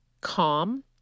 calm